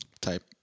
type